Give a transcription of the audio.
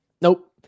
Nope